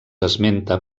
esmenta